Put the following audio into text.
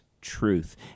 truth